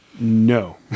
No